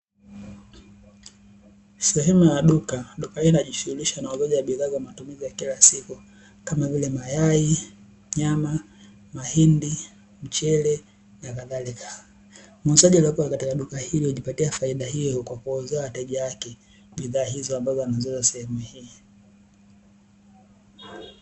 Sehemu ya duka ambayo inajishughuliza na uuzaji wa bidhaa za matumizi ya kila siku kama vile mayai, nyama, mahindi, mchele nakadhalika. Muuzaji aliyopo katika duka hilo anajipatia faida kwa kuwauzia wateja wake bidhaa hizo ambazo anaziuza sehemu hii.